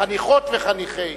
חניכות וחניכים